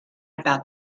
about